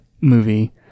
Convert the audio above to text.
movie